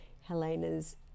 helena's